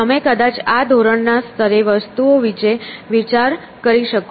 તમે કદાચ આ ધોરણ ના સ્તરે વસ્તુઓ વિશે વિચાર કરી શકો છો